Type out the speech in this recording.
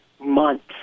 months